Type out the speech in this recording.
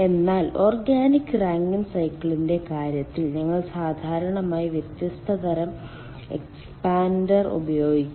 എന്നാൽ organic Rankine സൈക്കിളിന്റെ കാര്യത്തിൽ ഞങ്ങൾ സാധാരണയായി വ്യത്യസ്ത തരം എക്സ്പാൻഡർ ഉപയോഗിക്കുന്നു